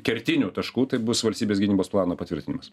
kertinių taškų tai bus valstybės gynybos plano patvirtinimas